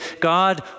God